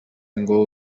ngo